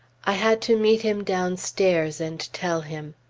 i had to meet him downstairs and tell him.